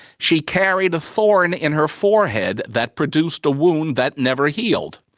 she carried a thorn in her forehead that produced a wound that never healed.